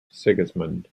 sigismund